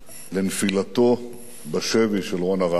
לנפילתו בשבי של רון ארד,